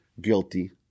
guilty